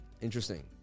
Interesting